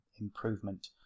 improvement